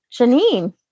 Janine